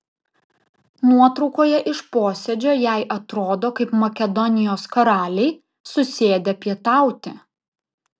nuotraukoje iš posėdžio jei atrodo kaip makedonijos karaliai susėdę pietauti